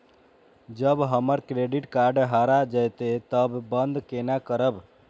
जब हमर credit card हरा जयते तब बंद केना करब?